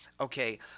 okay